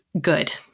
good